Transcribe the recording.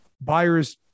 Buyers